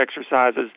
exercises